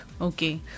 Okay